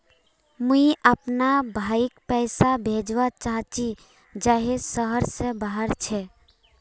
मुई अपना भाईक पैसा भेजवा चहची जहें शहर से बहार छे